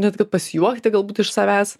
netgi pasijuokti galbūt iš savęs